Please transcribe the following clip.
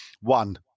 One